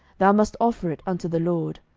thou must offer it unto the lord.